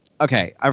okay